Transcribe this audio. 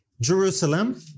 Jerusalem